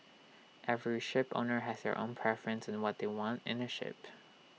every shipowner has their own preference in what they want in A ship